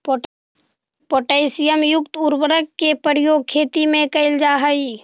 potassium युक्त उर्वरक के प्रयोग खेती में कैल जा हइ